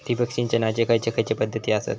ठिबक सिंचनाचे खैयचे खैयचे पध्दती आसत?